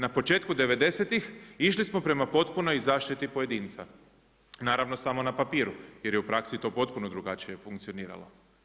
Na početku '90.-ih išli smo prema potpunoj zaštiti pojedinca, naravno samo na papiru jer je u praksi to potpuno drugačije funkcioniralo.